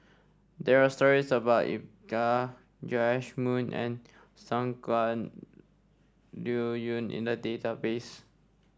there are stories about Iqbal Joash Moo and Shangguan Liuyun in the database